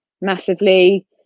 massively